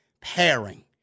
pairing